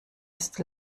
ist